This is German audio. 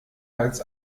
als